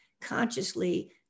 consciously